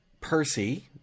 Percy